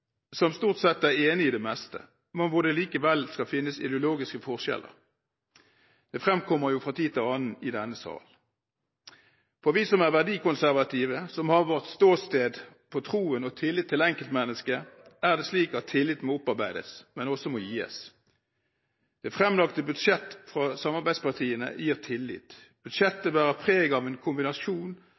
som stort sett er enige i det meste, men hvor det likevel skal finnes ideologiske forskjeller. Det fremkommer jo fra tid til annen i denne sal. For oss som er verdikonservative, som har vårt ståsted på troen og tilliten til enkeltmennesket, er det slik at tilliten må opparbeides, men også gis. Det fremlagte budsjettet fra samarbeidspartiene gir tillit. Budsjettet bærer preg av en kombinasjon